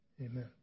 amen